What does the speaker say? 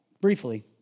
briefly